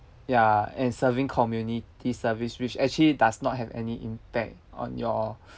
ya and serving community service which actually does not have any impact on your